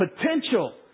potential